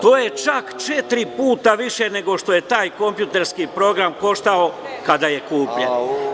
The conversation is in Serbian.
To je čak četiri puta više nego što je taj kompjuterski program koštao kada je kupljen.